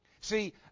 See